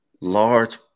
large